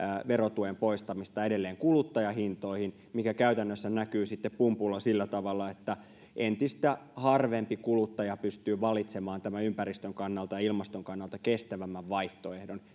verotuen poistamista edelleen kuluttajahintoihin mikä käytännössä näkyy sitten pumpulla sillä tavalla että entistä harvempi kuluttaja pystyy valitsemaan tämän ympäristön kannalta ja ilmaston kannalta kestävämmän vaihtoehdon